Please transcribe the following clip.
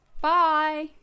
Bye